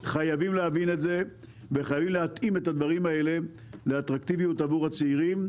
חייבים להבין את זה וחייבים להתאים את זה לאטרקטיביות עבור הצעירים,